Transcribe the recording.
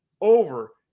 over